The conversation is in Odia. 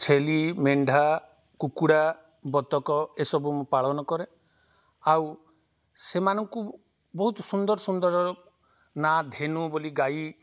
ଛେଳି ମେଣ୍ଢା କୁକୁଡ଼ା ବତକ ଏସବୁ ମୁଁ ପାଳନ କରେ ଆଉ ସେମାନଙ୍କୁ ବହୁତ ସୁନ୍ଦର ସୁନ୍ଦରର ନାଁ ଧେନୁ ବୋଲି ଗାଈ